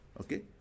okay